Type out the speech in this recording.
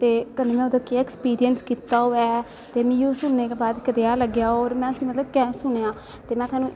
ते कन्नै ओह्दा केह् अक्सपिरिंस कीता होऐ ते मिगी अहु सुनने दे बाद कनेहा लग्गेआ और मतलव केह् सुनेंआ में तोआनू